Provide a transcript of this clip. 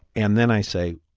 and then i say,